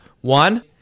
one